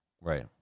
right